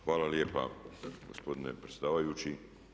Hvala lijepa gospodine predsjedavajući.